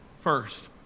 first